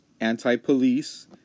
anti-police